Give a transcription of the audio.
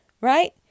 right